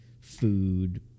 food